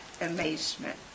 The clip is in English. amazement